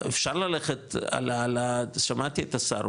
אפשר ללכת על ה- שמעתי את השר,